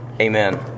Amen